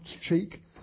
cheek